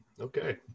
Okay